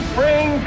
bring